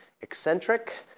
eccentric